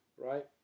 right